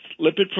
lipid